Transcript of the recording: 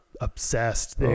obsessed